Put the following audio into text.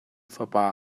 fapa